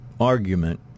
argument